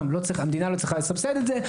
המדינה לא צריכה לסבסד את זה.